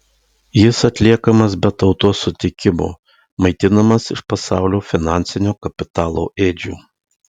jis atliekamas be tautos sutikimo maitinamas iš pasaulio finansinio kapitalo ėdžių